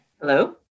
Hello